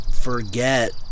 forget